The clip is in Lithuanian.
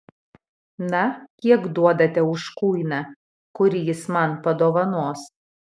na kiek duodate už kuiną kurį jis man padovanos